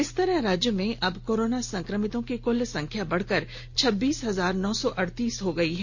इस तरह राज्य में अब कोरोना संक्रमितों की कुल संख्या बढ़कर छब्बीस हजार नौ सौ अड़तीस हो गई है